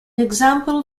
example